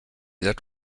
that